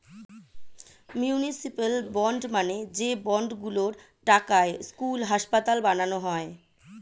municipal bond মানে যে bond গুলোর টাকায় স্কুল, হাসপাতাল বানানো যায়